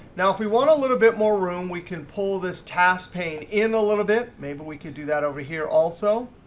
now if we want a little bit more room, we can pull this task pane in a little bit. maybe we can do that over here also.